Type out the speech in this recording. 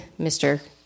Mr